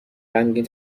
غمگین